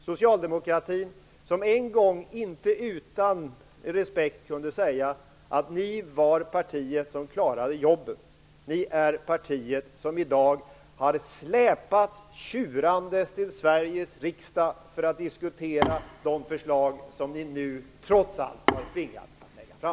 Socialdemokratin, som en gång inte utan respekt kunde säga att de var partiet som klarade jobben, är partiet som i dag har släpats tjurande till Sveriges riksdag för att diskutera de förslag som ni trots allt har tvingats att lägga fram.